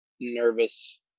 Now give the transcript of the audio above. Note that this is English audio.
nervous